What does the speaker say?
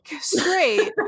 straight